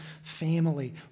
family